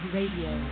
Radio